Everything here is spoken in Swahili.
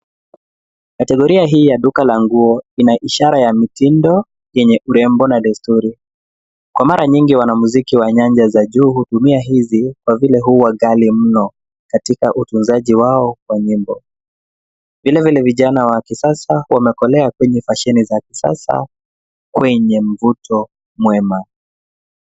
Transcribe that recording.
Kategoria hii ya duka la nguo lina ishara ya mitindo yenye urembo na desturi. Kwa mara nyingi wanamziki wa nyanja za juu hutumia hizinkwa vile huwa ghali mno katika utunzaji wao wa nyimbo. Vilevile vijana wa kisasa wamekolea kwenye mashine za kisasa kwenye mvuto mwema.